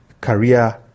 career